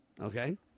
okay